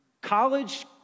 college